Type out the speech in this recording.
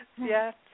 Yes